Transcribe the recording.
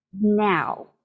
now